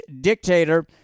dictator